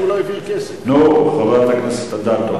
נו, חברת הכנסת אדטו.